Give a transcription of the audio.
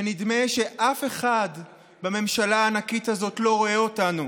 ונדמה שאף אחד בממשלה הענקית הזאת לא רואה אותנו,